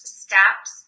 steps